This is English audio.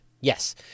Yes